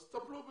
אז טפלו בזה.